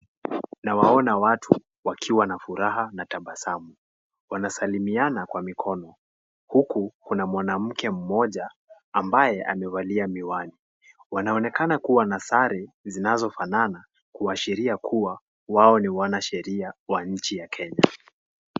Nawaona watu, wakiwa na furaha, na tabasamu. Wanasalimiana kwa mikono, huku kuna mwanamke mmoja, ambaye amevalia miwani. Wanaonekana kuwa na sare zinazofanana, kuashiria kuwa wao ni wanasheria wa nchi ya Kenya.